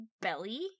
belly